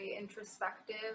introspective